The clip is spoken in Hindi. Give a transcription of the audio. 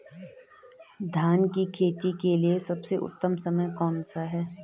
धान की खेती के लिए सबसे उत्तम समय कौनसा है?